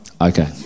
Okay